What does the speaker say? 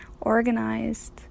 organized